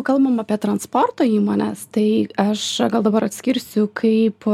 kalbam apie transporto įmones tai aš gal dabar atskirsiu kaip